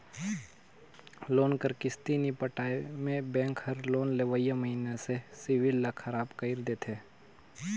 loan कर किस्ती नी पटाए में बेंक हर लोन लेवइया मइनसे कर सिविल ल खराब कइर देथे